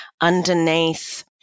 underneath